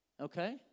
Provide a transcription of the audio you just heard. Okay